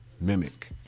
mimic